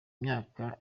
imyaka